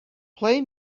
play